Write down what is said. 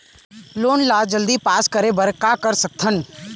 Loan ला जल्दी pass करे बर का कर सकथन?